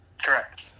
Correct